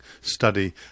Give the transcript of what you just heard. study